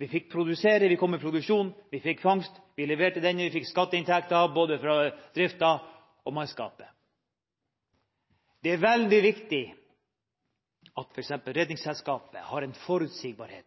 Vi fikk produsere, vi kom med produksjon, vi fikk fangst, vi leverte den, og vi fikk skatteinntekter fra både driften og mannskapet. Det er veldig viktig at f.eks. Redningsselskapet har en